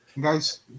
guys